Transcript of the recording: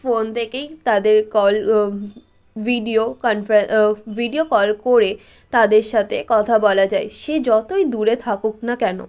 phone থেকেই তাদের call video video call করে তাদের সাথে কথা বলা যায় সে যতই দূরে থাকুক না কেন